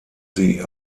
sie